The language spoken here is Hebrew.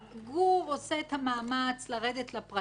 גור עושה את המאמץ לרדת לפרטים,